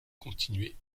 continuer